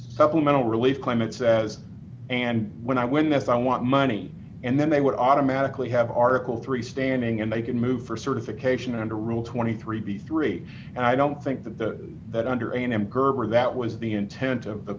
supplemental release climate's as and when i when that's i want money and then they would automatically have article three standing and they can move for certification under rule twenty three b three and i don't think that the that under an emperor that was the intent of the